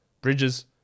Bridges